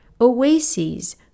oases